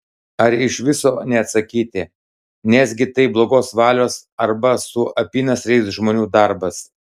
ar iš viso neatsakyti nesgi tai blogos valios arba su apynasriais žmonių darbas